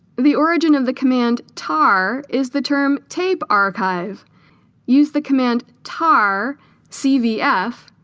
the origin of the command tar is the term tape archive use the command tar cvf